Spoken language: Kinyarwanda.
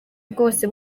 bwose